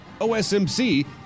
OSMC